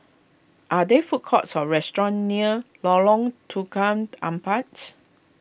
are there food courts or restaurants near Lorong Tukang Empat